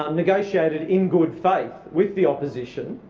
um negotiated in good faith with the opposition